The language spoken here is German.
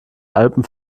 alpen